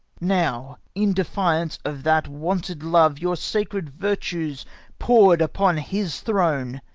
now, in defiance of that wonted love your sacred virtues pour'd upon his throne,